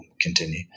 continue